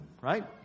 right